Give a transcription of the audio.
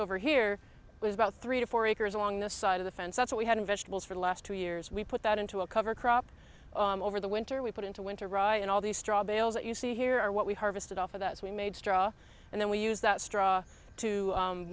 over here was about three to four acres along the side of the fence that's what we had in vegetables for the last two years we put that into a cover crop over the winter we put into winter rye and all these straw bales that you see here are what we harvested off of that we made straw and then we use that straw to